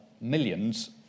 millions